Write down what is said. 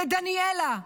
לדניאלה,